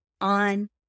on